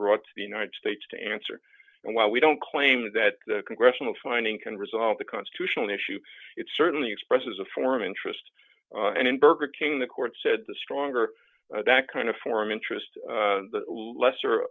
brought to the united states to answer and while we don't claim that the congressional finding can resolve the constitutional issue it certainly expresses a form interest in burger king the court said the stronger that kind of forum interest the lesser